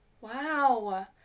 Wow